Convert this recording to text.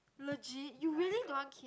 legit you really don't want keep